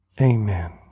Amen